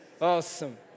Awesome